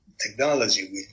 technology